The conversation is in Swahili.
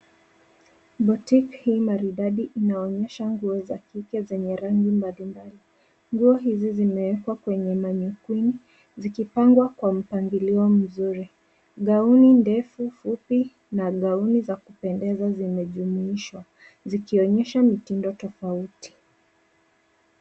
boutique hii maridadi inaonyesha nguo za kike zenye rangi mbalimbali. Nguo hizi zimewekwa kwenye mannequin zikipangwa kwa mpangilio mzuri. Gauni ndefu fupi na gauni za kupendeza zimejumuishwa zikionyesha mitindo tofauti.